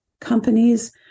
companies